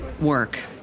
work